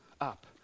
up